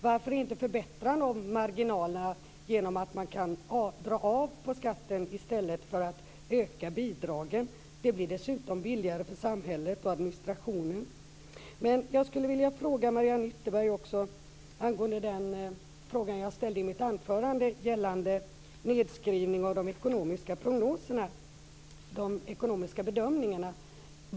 Varför inte förbättra de marginalerna genom att man kan dra av på skatten i stället för att öka bidragen? Det blir dessutom billigare för samhället och administrationen. Jag skulle vilja ställa en fråga till Mariann Ytterberg angående det jag sade i mitt anförande gällande nedskrivning av de ekonomiska prognoserna och bedömningarna.